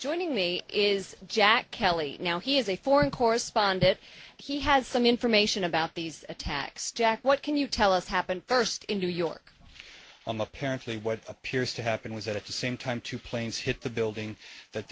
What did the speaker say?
joining me is jack kelly now he is a foreign correspondent he has some information about these attacks jack what can you tell us happened first in new york on the apparently what appears to happen was that at the same time two planes hit the building that